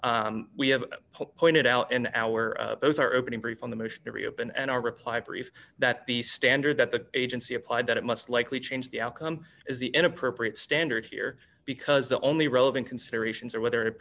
we have pointed out and our those are opening brief on the motion to reopen and our reply brief that the standard that the agency applied that it must likely change the outcome is the inappropriate standard here because the only relevant considerations are whether